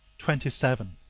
twenty seven.